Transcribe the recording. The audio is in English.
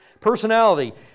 Personality